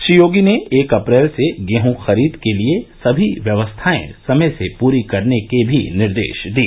श्री योगी ने एक अप्रैल से गेहूं खरीद के लिए सभी व्यवस्थाएं समय से पूरी करने के भी निर्देश दिए